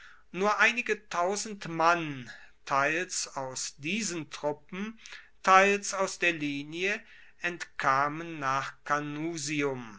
nur einige tausend mann teils aus diesen truppen teils aus der linie entkamen nach